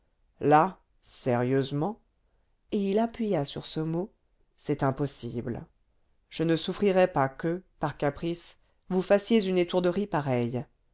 ce mot c'est impossible je ne souffrirai pas que par caprice vous fassiez une étourderie pareille